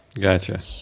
Gotcha